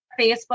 Facebook